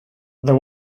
there